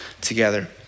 together